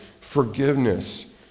forgiveness